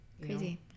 Crazy